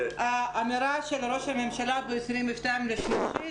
האמירה של ראש הממשלה ב-22 למרץ,